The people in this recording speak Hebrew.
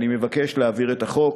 אני מבקש להעביר את החוק,